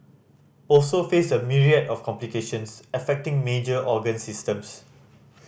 also face a myriad of complications affecting major organ systems